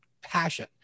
passion